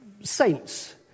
saints